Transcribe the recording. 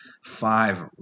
five